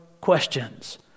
questions